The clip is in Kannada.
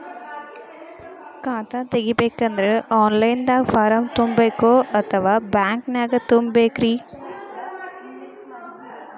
ಖಾತಾ ತೆಗಿಬೇಕಂದ್ರ ಆನ್ ಲೈನ್ ದಾಗ ಫಾರಂ ತುಂಬೇಕೊ ಅಥವಾ ಬ್ಯಾಂಕನ್ಯಾಗ ತುಂಬ ಬೇಕ್ರಿ?